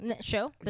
show